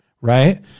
right